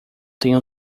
tenho